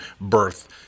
birth